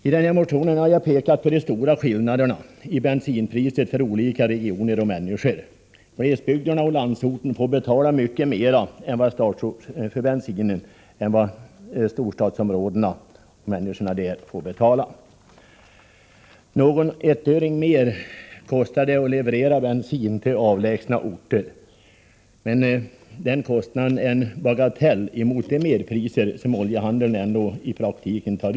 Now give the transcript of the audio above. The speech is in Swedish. I motionen har jag pekat på de stora skillnaderna i bensinpriset för olika regioner och människor. I glesbygderna och på landsorten får man betala mycket mer för bensinen än i storstadsområdena. Någon ettöring mera kostar det att leverera bensin till avlägsna orter, men den kostnaden är en bagatell mot de merpriser oljehandeln tar ut på dessa orter.